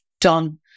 done